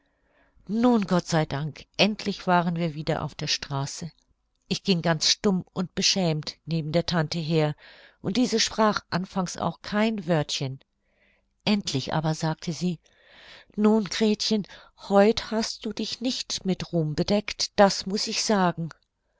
nun gott sei dank endlich waren wir wieder auf der straße ich ging ganz stumm und beschämt neben der tante her und diese sprach anfangs auch kein wörtchen endlich aber sagte sie nun gretchen heut hast du dich mit ruhm bedeckt das muß ich sagen